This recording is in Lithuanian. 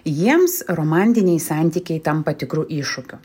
jiems romantiniai santykiai tampa tikru iššūkiu